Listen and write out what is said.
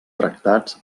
tractats